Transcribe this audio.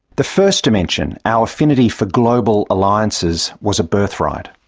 the first dimension our affinity for global alliances was a birthright.